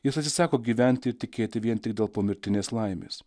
jis atsisako gyventi ir tikėti vien tik dėl pomirtinės laimės